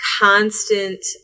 constant